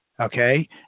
Okay